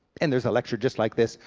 and there's a lecture just like this,